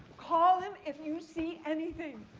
call him if you see anything.